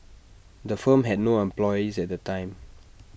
the firm had no employees at the time